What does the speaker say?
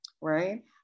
right